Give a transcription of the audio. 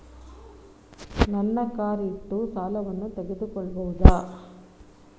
ನನ್ನ ಕಾರ್ ಇಟ್ಟು ಸಾಲವನ್ನು ತಗೋಳ್ಬಹುದಾ?